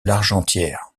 largentière